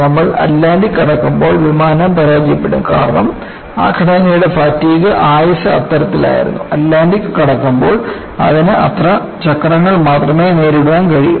നമ്മൾ അറ്റ്ലാന്റിക് കടക്കുമ്പോൾ വിമാനം പരാജയപ്പെടും കാരണം ആ ഘടനയുടെ ഫാറ്റിഗ് ആയുസ്സ് അത്തരത്തിലായിരുന്നു അറ്റ്ലാന്റിക് കടക്കുമ്പോൾ അതിന് അത്ര ചക്രങ്ങൾ മാത്രമേ നേരിടാൻ കഴിയൂ